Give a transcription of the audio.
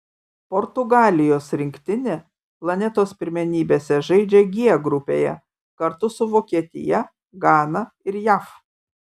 portugalijos rinktinė planetos pirmenybėse žaidžia g grupėje kartu su vokietija gana ir jav